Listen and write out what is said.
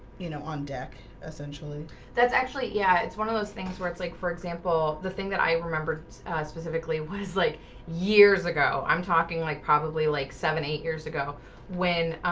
you know on deck essentially that's actually yeah, it's one of those things where it's like, for example, the thing that i remembered specifically was like years ago i'm talking like probably like seven eight years ago when?